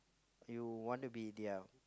you want to be their